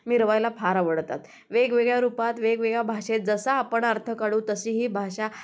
मिरवायला फार आवडतात वेगवेगळ्या रूपात वेगवेगळ्या भाषेत जसा आपण अर्थ काढू तशी ही भाषा